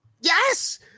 yes